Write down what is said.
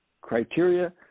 criteria